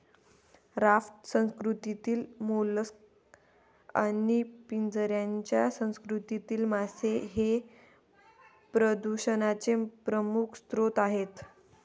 raft संस्कृतीतील mollusc आणि पिंजऱ्याच्या संस्कृतीतील मासे हे प्रदूषणाचे प्रमुख स्रोत आहेत